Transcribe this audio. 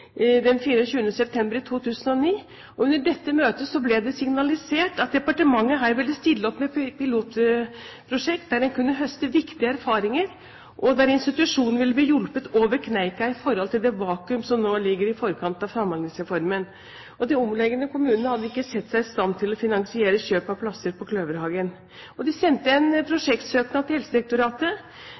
den 24. september 2009, og under dette møtet ble det signalisert at departementet ville stille opp med et pilotprosjekt der en kunne høste viktige erfaringer, og der institusjonen ville bli hjulpet over kneika i forhold til det vakuum som nå ligger i forkant av Samhandlingsreformen. De omkringliggende kommunene hadde ikke sett seg i stand til å finansiere kjøp av plasser ved Kløverhagen. De sendte en prosjektsøknad til Helsedirektoratet,